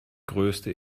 größte